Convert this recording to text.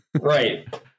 Right